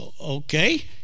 okay